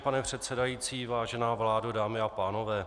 Pane předsedající, vážená vládo, dámy a pánové.